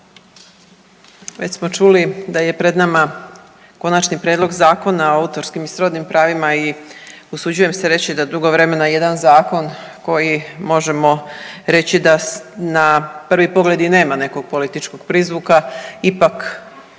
Već smo čuli da je pred nama Konačni prijedlog Zakona o autorskim i srodnim pravima i usuđujem se reći da dugo vremena jedan zakon koji možemo reći da na prvi pogled i nema nekog političkog prizvuka, ipak